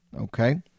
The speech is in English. Okay